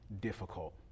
difficult